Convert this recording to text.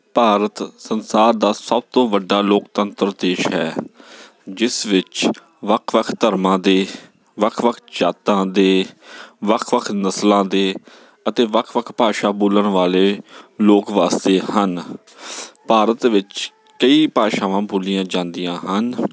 ਭਾਰਤ ਸੰਸਾਰ ਦਾ ਸਭ ਤੋਂ ਵੱਡਾ ਲੋਕਤੰਤਰ ਦੇਸ਼ ਹੈ ਜਿਸ ਵਿੱਚ ਵੱਖ ਵੱਖ ਧਰਮਾਂ ਦੇ ਵੱਖ ਵੱਖ ਜਾਤਾਂ ਦੇ ਵੱਖ ਵੱਖ ਨਸਲਾਂ ਦੇ ਅਤੇ ਵੱਖ ਵੱਖ ਭਾਸ਼ਾ ਬੋਲਣ ਵਾਲੇ ਲੋਕ ਵੱਸਦੇ ਹਨ ਭਾਰਤ ਵਿੱਚ ਕਈ ਭਾਸ਼ਾਵਾਂ ਬੋਲੀਆਂ ਜਾਂਦੀਆਂ ਹਨ